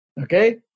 okay